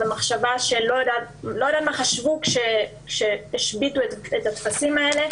אני לא יודעת מה חשבו כשהשביתו את הטפסים האלה.